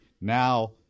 Now